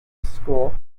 school